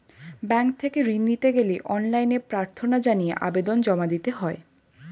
bank থেকে ঋণ নিতে গেলে অনলাইনে প্রার্থনা জানিয়ে আবেদন জমা দিতে হয়